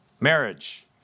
marriage